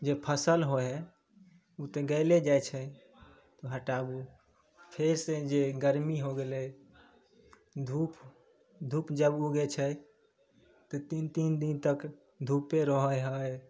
जे फसल होइ है ओ तऽ गैले जाइ छै तऽ हटाबू फेर से जे गर्मी हो गेलै धूप धूप जब ऊगै छै तऽ तीन तीन दिन तक धूपे रहै है